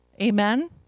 Amen